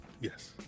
Yes